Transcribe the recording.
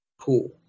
cool